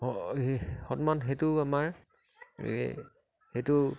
সেই সন্মান সেইটো আমাৰ এই সেইটো